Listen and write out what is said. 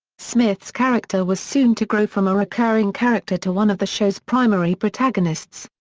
smith's character was soon to grow from a recurring character to one of the show's primary protagonists.